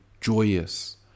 joyous